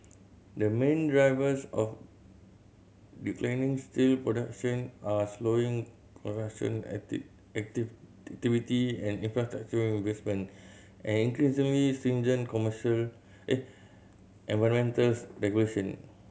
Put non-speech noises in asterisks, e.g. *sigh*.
the main drivers of declining steel production are slowing construction *unintelligible* activity and infrastructure investment and increasingly stringent commercial *unintelligible* environments regulation